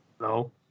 No